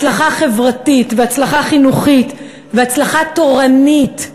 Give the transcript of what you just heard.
הצלחה חברתית והצלחה חינוכית והצלחה תורנית,